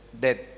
dead